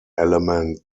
element